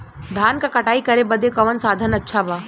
धान क कटाई करे बदे कवन साधन अच्छा बा?